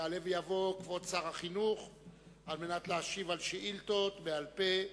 יעלה ויבוא כבוד שר החינוך להשיב על שאילתות בעל-פה.